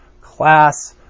class